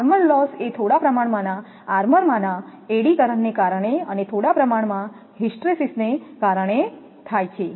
armour loss એ થોડા પ્રમાણમાં આર્મરમાંના એડી કરંટને કારણે અને થોડા પ્રમાણમાં હિસ્ટ્રેસિસને કારણે થાય છે